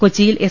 കൊച്ചി യിൽ എസ്